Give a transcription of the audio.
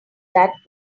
that